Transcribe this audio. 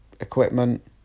equipment